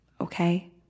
okay